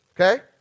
Okay